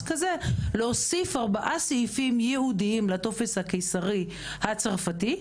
כזה ביקשתי להוסיף ארבעה סעיפים ייעודיים לטופס של הניתוח הקיסרי הצרפתי.